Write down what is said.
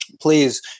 please